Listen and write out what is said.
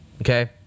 okay